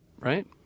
Right